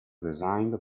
designed